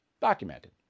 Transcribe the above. Documented